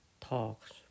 talks